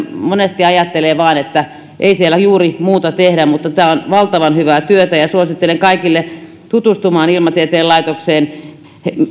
monesti ajattelee vain että ei siellä juuri muuta tehdä mutta tämä on valtavan hyvää työtä ja suosittelen kaikille tutustumista ilmatieteen laitokseen